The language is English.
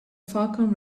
falcon